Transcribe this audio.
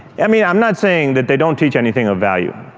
i mean, i'm not saying that they don't teach anything of value.